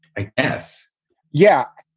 i s yeah.